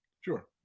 Sure